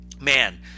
Man